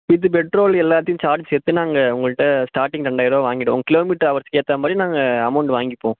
இது பெட்ரோல் எல்லாத்தையும் சார்ஜ் சேர்த்து நாங்கள் உங்கள்கிட்ட ஸ்டார்ட்டிங் ரெண்டாயிரம் ரூபா வாங்கிவிடுவோம் கிலோ மீட்டர் ஹவர்ஸ்க்கு ஏற்ற மாதிரி நாங்கள் அமௌண்ட் வாங்கிப்போம்